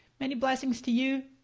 many blessings to you.